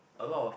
a lot of